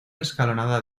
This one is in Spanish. escalonada